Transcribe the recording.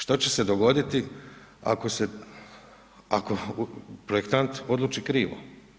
Što će se dogoditi ako projektant odluči krivo?